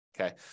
Okay